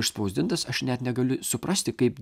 išspausdintas aš net negaliu suprasti kaip